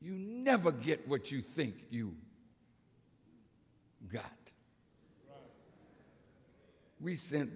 you never get what you think you got we sent